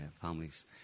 families